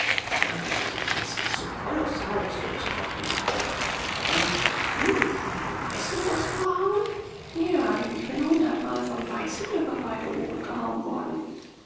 der angebliche preis war so kolossal daß jobst trocken lachte freund du willst mal einen weißen übers ohr hauen ja denn ich bin hundertmal von weißen über beide ohren gehauen worden